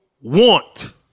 want